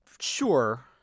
Sure